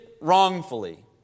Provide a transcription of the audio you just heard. wrongfully